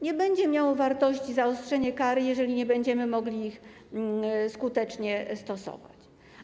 Nie będzie miało wartości zaostrzenie kar, jeżeli nie będziemy mogli ich skutecznie stosować.